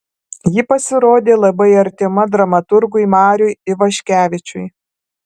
ji pasirodė labai artima dramaturgui mariui ivaškevičiui